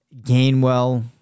Gainwell